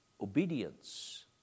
Obedience